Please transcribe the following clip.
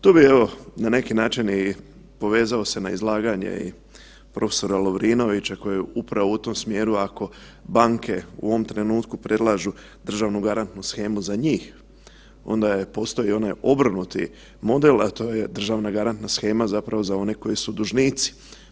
Tu bi evo, na neki način i povezao se na izlaganje i prof. Lovrinovića koji je upravo u tom smjeru, ako banke u ovom trenutku predlažu državnu garantnu shemu za njih, onda je, postoji onaj obrnuti model, a to je državna garantna shema zapravo za one koji su dužnici.